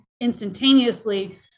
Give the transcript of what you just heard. instantaneously